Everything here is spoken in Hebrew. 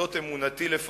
זאת אמונתי לפחות,